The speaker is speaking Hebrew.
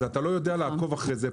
אתה לא יודע לעקוב אחרי זה.